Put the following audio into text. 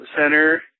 center